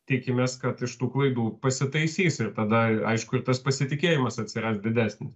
tikimės kad iš tų klaidų pasitaisys ir tada aišku ir tas pasitikėjimas atsiras didesnis